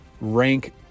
rank